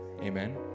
amen